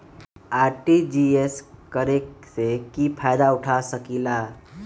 RTGS करे से की फायदा उठा सकीला?